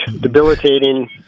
debilitating